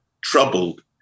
troubled